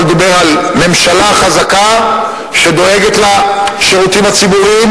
אבל הוא דיבר על ממשלה חזקה שדואגת לשירותים הציבוריים,